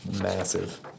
massive